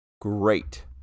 great